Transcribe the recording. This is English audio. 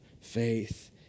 faith